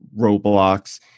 Roblox